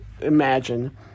imagine